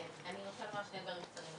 כן, אני רוצה לומר שני דברים קצרים.